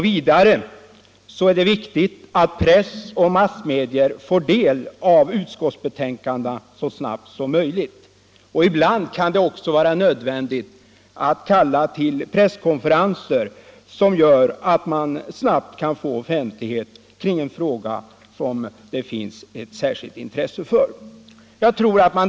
Vidare är det viktigt att press och massmedia får del av utskottsbetänkandena så snart som möjligt. Ibland kan det också vara nödvändigt att kalla till presskonferenser för att snabbt ge offentlighet åt en fråga som det finns ett särskilt intresse för.